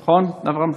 נכון, אברהם?